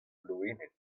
loened